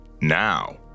Now